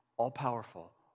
all-powerful